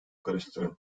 karıştırın